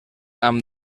amb